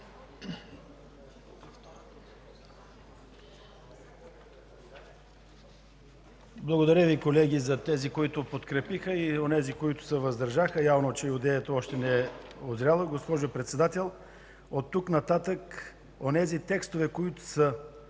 Благодаря Ви, колеги, на тези, които подкрепиха, и на онези, които се въздържаха. Явно е, че идеята все още не е узряла. Госпожо Председател, от тук нататък текстовете, които са